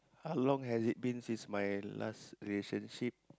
how long has it been since my last relationship